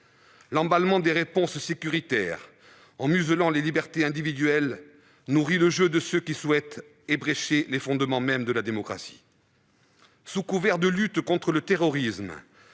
l'emballement des réponses sécuritaires, en muselant les libertés individuelles, nourrit le jeu de ceux qui souhaitent saper les fondements mêmes de la démocratie. Sous couvert de lutter contre le terrorisme,